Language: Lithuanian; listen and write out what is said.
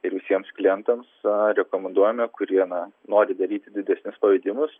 ir visiems klientams rekomenduojame kurie na nori daryti didesnius pavedimus